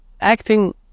acting